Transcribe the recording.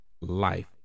Life